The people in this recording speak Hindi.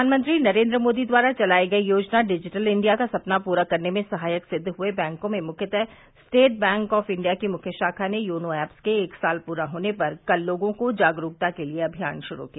प्रधानमंत्री नरेन्द्र मोदी द्वारा चलायी गयी योजना डिजिटल इण्डिया का सपना पूरा करने में सहायक सिद्व हुए बैंकों में मुख्यता स्टेट बैंक ऑफ इण्डिया की मुख्य शाखा ने योनो एप्स के एक साल पूरा होने पर कल लोगों को जागरूकता के लिए अमियान शुरू किया